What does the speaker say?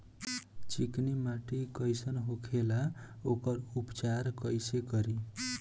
चिकटि माटी कई सन होखे ला वोकर उपचार कई से करी?